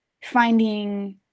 finding